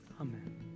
Amen